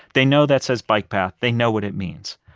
they know that says bike path. they know what it means.